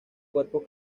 cuerpos